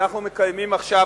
אנחנו מקיימים עכשיו,